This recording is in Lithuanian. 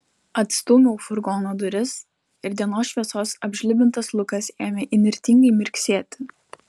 atstūmiau furgono duris ir dienos šviesos apžlibintas lukas ėmė įnirtingai mirksėti